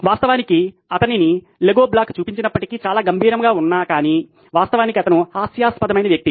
వాస్తవానికి అతనిని Lego block చూపించినప్పటికీ చాలా గంభీరంగా ఉన్నా కాని వాస్తవానికి అతను హాస్యాస్పదమైన వ్యక్తి